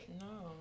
No